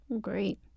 Great